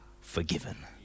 forgiven